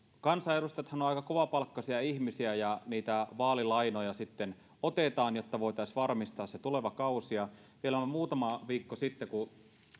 kansanedustajathan ovat aika kovapalkkaisia ihmisiä ja niitä vaalilainoja sitten otetaan jotta voitaisiin varmistaa se tuleva kausi vielä noin muutama viikko sitten kun